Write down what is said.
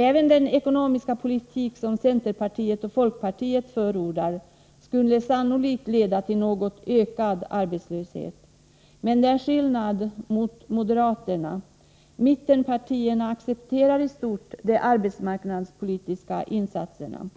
Även den ekonomiska politik som centerpartiet och folkpartiet förordar skulle sannolikt leda till något ökad arbetslöshet, men till skillnad från moderaterna accepterar mittenpartierna i stort sett de arbetsmarknadspolitiska insatserna.